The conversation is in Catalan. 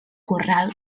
corral